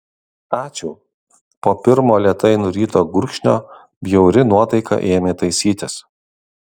ačiū po pirmo lėtai nuryto gurkšnio bjauri nuotaika ėmė taisytis